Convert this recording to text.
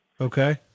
Okay